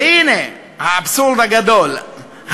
והנה האבסורד הגדול,